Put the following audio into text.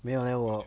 没有还有我